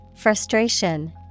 Frustration